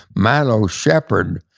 milo shepherd,